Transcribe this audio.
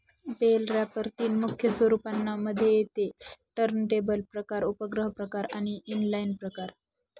bell wrapper तीन मुख्य स्वरूपांना मध्ये येते टर्नटेबल प्रकार, उपग्रह प्रकार आणि इनलाईन प्रकार